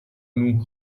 نوح